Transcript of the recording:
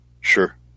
Sure